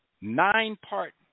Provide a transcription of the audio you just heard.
nine-part